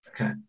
Okay